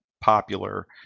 popular